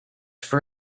for